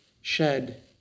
shed